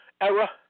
era